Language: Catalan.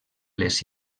les